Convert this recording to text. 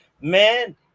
man